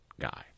guy